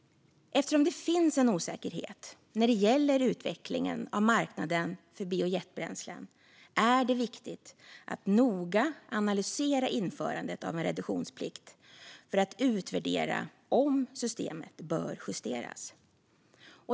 Eftersom det finns en osäkerhet när det gäller utvecklingen av marknaden för biojetbränslen är det viktigt att noga analysera införandet av en reduktionsplikt för att utvärdera om systemet bör justeras.